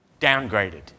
downgraded